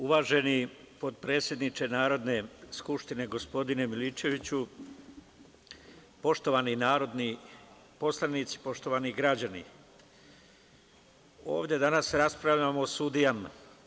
Uvaženi potpredsedniče Narodne skupštine, gospodine Milićeviću, poštovani narodni poslanici, poštovani građani, ovde danas razmatramo o sudijama.